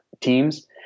teams